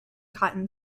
cotton